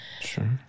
Sure